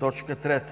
3.